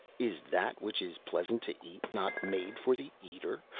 is that which is pleasant to eat not made for the eater?